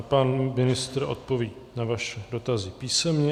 Pan ministr odpoví na vaše dotazy písemně.